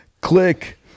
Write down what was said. click